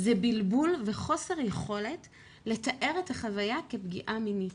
זה בלבול וחוסר יכולת לתאר את החוויה כפגיעה מינית.